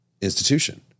institution